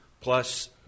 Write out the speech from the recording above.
Plus